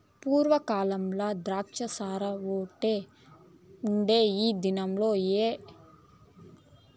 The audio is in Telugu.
పూర్వ కాలంల ద్రాచ్చసారాఓటే ఉండే ఈ దినాల ఏడ సూసినా కల్తీ సారనే కనబడతండాది